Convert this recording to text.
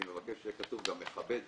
אני מבקש שיהיה כתוב גם "מכבד",